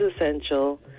essential